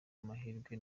amahirwe